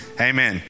Amen